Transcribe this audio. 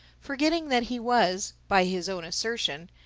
forgetting that he was, by his own assertion,